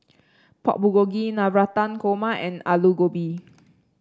Pork Bulgogi Navratan Korma and Alu Gobi